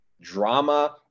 drama